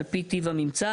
על פי טיב הממצא.